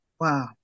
wow